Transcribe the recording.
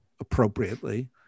appropriately